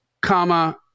comma